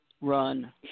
Run